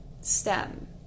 STEM